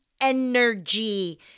energy